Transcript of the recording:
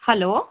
hello